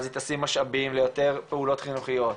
אז היא תשים משאבים ליותר פעולות חינוכיות,